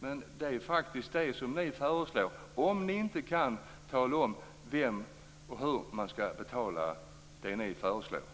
Men det är faktiskt det ni föreslår, om ni inte kan tala om hur och vem som skall betala det hela.